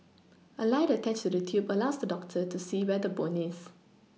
a light attached to the tube allows the doctor to see where the bone is